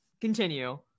Continue